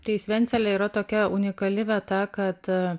tai svencelė yra tokia unikali vieta kad